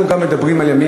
אנחנו גם מדברים על ימים,